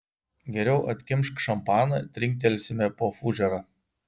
geriau atkimšk šampaną trinktelsime po fužerą